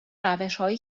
روشهایی